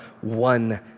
one